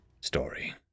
story